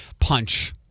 punch